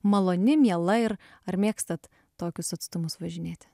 maloni miela ir ar mėgstat tokius atstumus važinėti